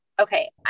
Okay